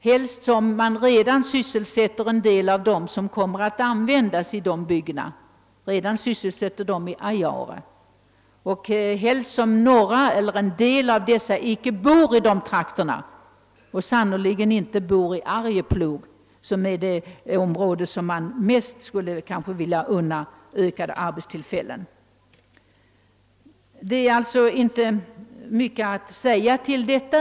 Man sysselsätter redan i Ajaure en del av dem, som kommer att användas i de byggena, och en del av dessa bor icke i trakterna kring älven och sannerligen icke i Arjeplog, som är det område man helst ville unnat ett ökat antal arbetstillfällen. Det är alltså inte mycket att säga till detta.